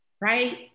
right